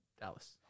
Dallas